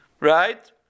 Right